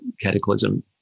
cataclysm